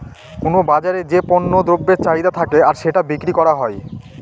কোনো বাজারে যে পণ্য দ্রব্যের চাহিদা থাকে আর সেটা বিক্রি করা হয়